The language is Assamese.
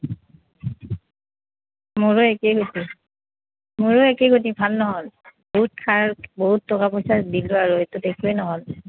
মোৰো একেই গতি মোৰো একেই গতি ভাল নহ'ল বহুত সাৰ বহুত টকা পইচা দিলোঁ আৰু খেতিটোত একোৱেই নহ'ল